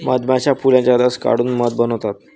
मधमाश्या फुलांचा रस काढून मध बनवतात